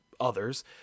others